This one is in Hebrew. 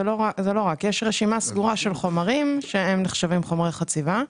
יש רשימה סגורה של חומרים שנחשבים חומרי חציבה.